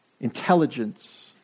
intelligence